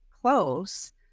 close